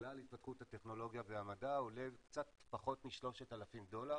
בגלל התפתחות הטכנולוגיה והמדע עולה קצת פחות מ-3,000 דולר